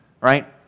right